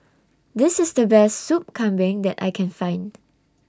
This IS The Best Sup Kambing that I Can Find